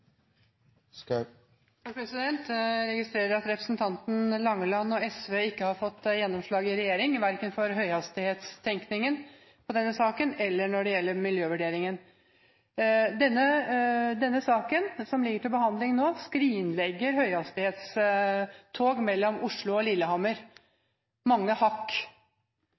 Jeg registrerer at representanten Langeland og SV ikke har fått gjennomslag i regjeringen verken for høyhastighetstenkningen i denne saken eller når det gjelder miljøvurderingen. Denne saken som ligger til behandling nå, skrinlegger høyhastighetstog mellom Oslo og Lillehammer. Det er mange